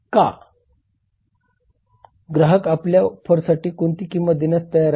ग्राहक आपल्या ऑफरसाठी कोणती किंमत देण्यास तयार आहेत